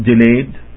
delayed